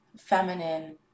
feminine